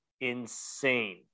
insane